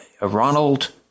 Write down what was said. Ronald